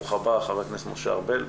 ברוך הבא, חבר הכנסת משה ארבל.